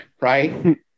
right